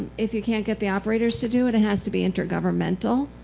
if you can't get the operators to do it, it has to be intergovernmental.